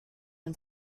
den